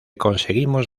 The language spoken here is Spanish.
conseguimos